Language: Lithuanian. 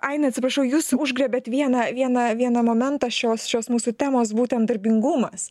aina atsiprašau jūs užgriebiat vieną vieną vieną momentą šios šios mūsų temos būtent darbingumas